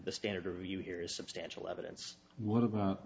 the standard of you here is substantial evidence what about